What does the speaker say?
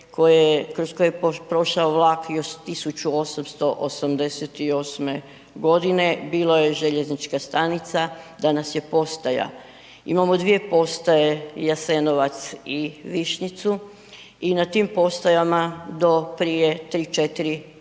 kroz koje je prošao vlak još 1888.g., bilo je željeznička stanica, danas je postaja. Imamo dvije postaje Jasenovac i Višnjicu i na tim postajama do prije 3-4 ili 5.g.